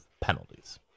penalties